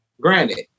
Granted